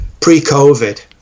pre-COVID